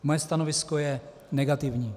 Moje stanovisko je negativní.